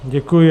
Děkuji.